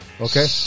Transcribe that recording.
Okay